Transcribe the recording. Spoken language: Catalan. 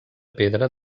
pedra